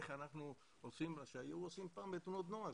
איך אנחנו עושים מה שהיו עושים פעם בתנועות נוער,